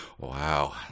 Wow